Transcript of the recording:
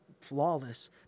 flawless